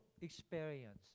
experience